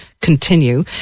continue